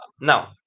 Now